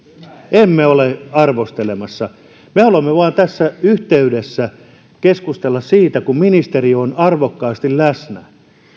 emme ole arvostelemassa me haluamme vain tässä yhteydessä keskustella siitä kun ministeri on arvokkaasti läsnä